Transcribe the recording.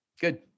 good